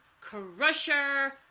Crusher